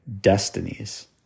destinies